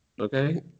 Okay